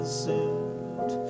suit